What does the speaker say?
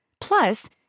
Plus